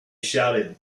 shouted